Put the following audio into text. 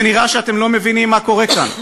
ונראה שאתם לא מבינים מה קורה כאן.